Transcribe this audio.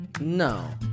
No